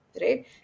right